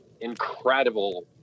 incredible